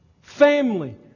Family